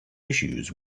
issues